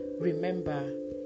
Remember